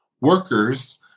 workers